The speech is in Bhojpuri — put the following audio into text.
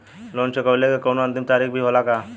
लोन चुकवले के कौनो अंतिम तारीख भी होला का?